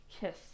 kiss